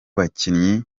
bakinnyi